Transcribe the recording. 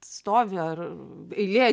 stovi ar eilė